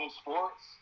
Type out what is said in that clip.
sports